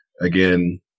again